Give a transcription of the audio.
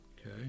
Okay